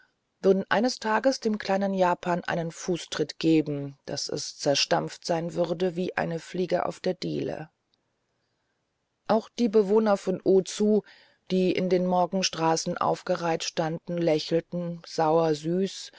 würden eines tages dem kleinen japan einen fußtritt geben daß es zerstampft sein würde wie eine fliege auf der diele auch die bewohner von ozu die in den morgenstraßen aufgereiht standen lächelten sauersüß